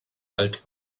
alt